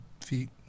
feet